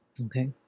Okay